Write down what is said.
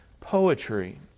poetry